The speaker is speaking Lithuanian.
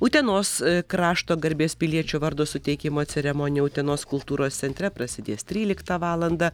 utenos krašto garbės piliečio vardo suteikimo ceremonija utenos kultūros centre prasidės tryliktą valandą